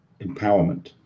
Empowerment